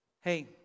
Hey